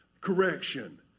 correction